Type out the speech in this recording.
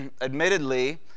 admittedly